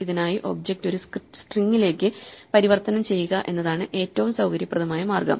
ഇതിനായി ഒബ്ജക്റ്റ് ഒരു സ്ട്രിംഗിലേക്ക് പരിവർത്തനം ചെയ്യുക എന്നതാണ് ഏറ്റവും സൌകര്യപ്രദമായ മാർഗം